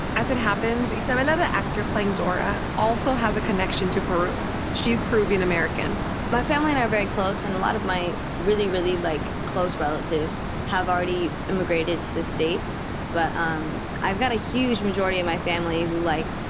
as it happens, isabela, the actor playing dora, also has a connection to peru. she's peruvian american my family and i are very close, and a lot of my really, really, like, close relatives have already immigrated to the states. but um i've got a huge majority of my family who, like,